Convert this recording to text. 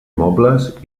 mobles